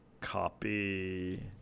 Copy